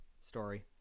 story